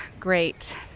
Great